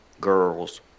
girls